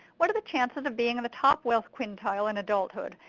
what are the chances of being in the top wealth quintile in adulthood,